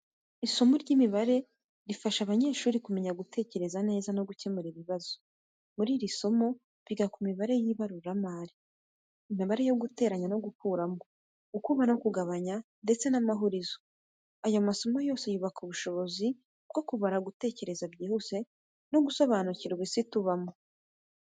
Isomo ry’imibare rifasha abanyeshuri kumenya gutekereza neza no gukemura ibibazo. Muri iri somo, biga ku mibare y’ibaruramari, imibare yo guteranya no gukuramo, gukuba no kugabanya ndetse n’amahurizo. Aya masomo yose yubaka ubushobozi bwo kubara, gutekereza byihuse no gusobanukirwa isi tubamo.